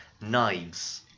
knives